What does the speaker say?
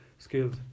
Skills